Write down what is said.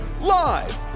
live